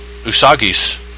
Usagi's